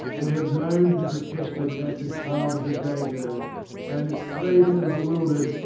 they have moaned and protested at a child of the jago, and, craven and bewildered,